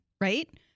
right